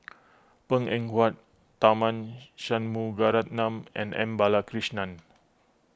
Png Eng Huat Tharman Shanmugaratnam and M Balakrishnan